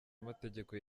amategeko